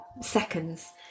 seconds